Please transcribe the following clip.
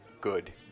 Good